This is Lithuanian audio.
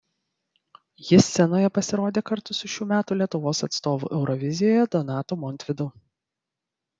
ji scenoje pasirodė kartu su šių metų lietuvos atstovu eurovizijoje donatu montvydu